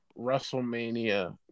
WrestleMania